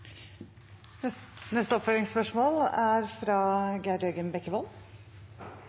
oppfølgingsspørsmål – først Geir Jørgen Bekkevold.